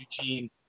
Eugene